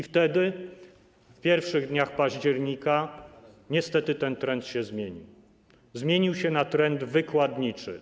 Wtedy, w pierwszych dniach października, niestety ten trend się zmienił - na trend wykładniczy.